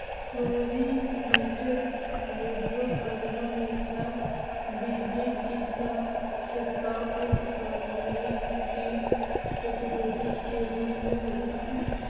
chlorinated hydrocarbon यथा DDT का छिड़काव कृषि कार्य में कीट प्रतिरोधी के रूप में होता है